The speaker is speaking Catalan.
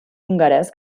hongarès